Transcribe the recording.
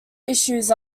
issues